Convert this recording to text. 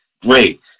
great